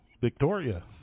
Victoria